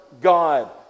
God